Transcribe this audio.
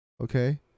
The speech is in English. okay